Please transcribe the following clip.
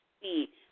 see